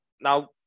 now